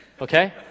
okay